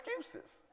excuses